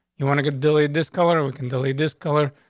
you want to get billy this color weaken, delete this color.